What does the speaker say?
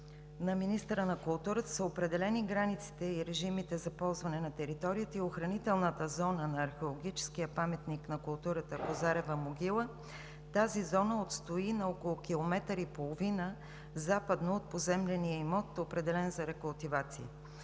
на министъра на културата са определени границите и режимите за ползване на териториите и охранителната зона на археологическия паметник на културата „Козарева могила“. Тази зона отстои на около километър и половина западно от поземления имот, определен за рекултивация.